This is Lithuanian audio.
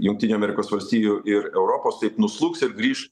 jungtinių amerikos valstijų ir europos taip nuslūgs ir grįš